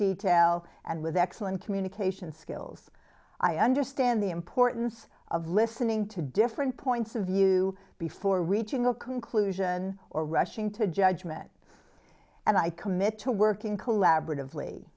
detail and with excellent communication skills i understand the importance of listening to different points of view before reaching a conclusion or rushing to judgment and i commit to working collaborative